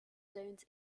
zones